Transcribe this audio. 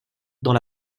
dans